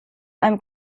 einem